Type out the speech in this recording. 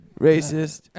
racist